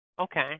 Okay